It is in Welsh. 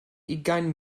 ugain